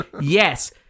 Yes